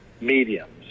mediums